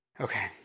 Okay